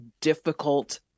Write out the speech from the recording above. difficult